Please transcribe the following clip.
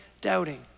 doubting